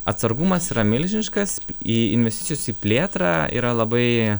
atsargumas yra milžiniškas į investicijos į plėtrą yra labai